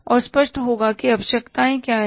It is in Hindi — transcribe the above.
और स्पष्ट होगा कि आवश्यकताएं क्या हैं